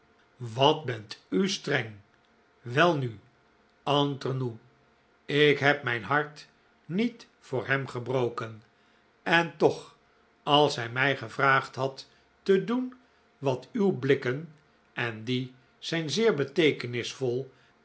wat bent u streng welnu entre nous ik heb mijn hart niet voor hem gebroken en toch als hij mij gevraagd had te doen wat uw blikken en die zijn